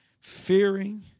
Fearing